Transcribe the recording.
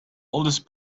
oldest